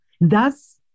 Thus